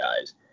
guys